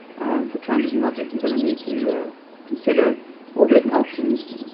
for transition logic, you're gonna need to consider all the different options,